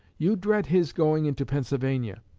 you dread his going into pennsylvania.